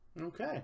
okay